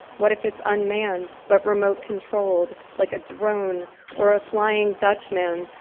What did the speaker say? what if it's unmanned, but remote controlled, like a drone or a flying dutchmen,